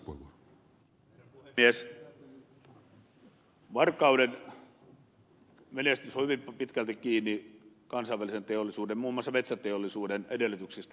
varkauden menestys on hyvin pitkälti kiinni kansainvälisen teollisuuden muun muassa metsäteollisuuden edellytyksistä